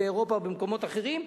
באירופה ובמקומות אחרים,